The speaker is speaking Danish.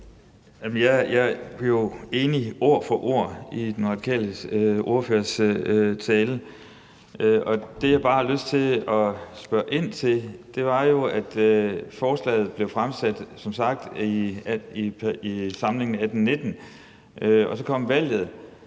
Jeg er jo ord for ord enig i den radikale ordførers tale. Det, jeg bare har lyst til at spørge ind til, er det med, at forslaget som sagt blev fremsat i samlingen 2018-19. Så kom valget.